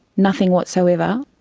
nothing whatsoever.